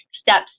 steps